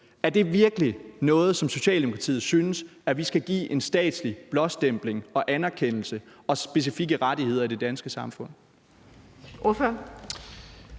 Er det virkelig noget, som Socialdemokratiet synes vi skal give en statslig blåstempling og anerkendelse og specifikke rettigheder i det danske samfund?